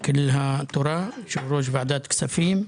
יושב-ראש ועדת הכספים,